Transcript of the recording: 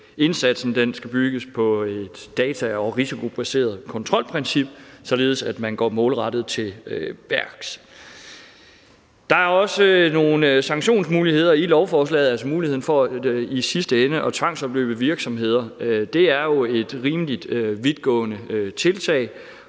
indsatsen skal bygges på et data- og risikobaseret kontrolprincip, således at man går målrettet til værks. Der er også nogle sanktionsmuligheder i lovforslaget, f.eks. muligheden for i sidste ende at tvangsopløse virksomheder. Det er jo et rimelig vidtgående tiltag,